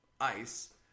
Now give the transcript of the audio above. ice